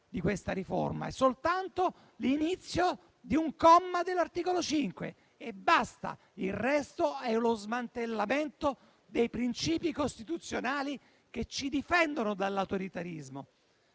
di questa riforma, è soltanto l'inizio di un comma dell'articolo 5 e basta, poiché il resto è lo smantellamento dei principi costituzionali che ci difendono dall'autoritarismo.